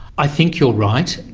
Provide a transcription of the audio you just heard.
i think you're right.